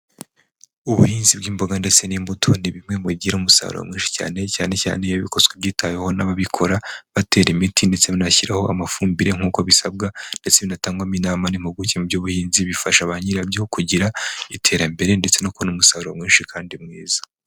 Ubuhinzi bw'imboga ndetse n'imbuto ni bimwe mu bigira umusaruro mwinshi cyane; cyane cyane iyo bikozwe byitaweho n'ababikora batera imiti ndetse banashyiraho amafumbire nk’uko bisabwa, ndetse atangwamo inama n’impuguke mu by’ubuhinzi bifasha ba nyirabyo kugira iterambere ndetse no kubona umusaruro mwinshi kandi mwiza.